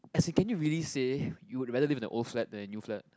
as in can you really say you would rather live in a old flat than a new flat